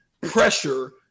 pressure